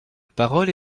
parole